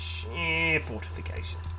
Fortification